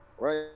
right